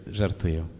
żartuję